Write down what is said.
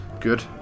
Good